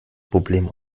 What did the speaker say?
problem